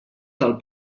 del